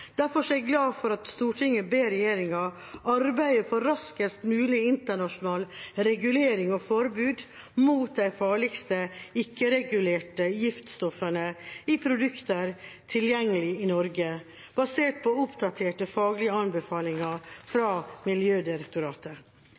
Derfor er jeg glad for at Stortinget «ber regjeringen arbeide for raskest mulig internasjonal regulering og forbud mot de farligste ikke-regulerte giftstoffene i produkter tilgjengelig i Norge, basert på oppdaterte faglige anbefalinger fra Miljødirektoratet».